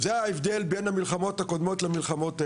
זה ההבדל בין המלחמות הקודמות למלחמות האלה.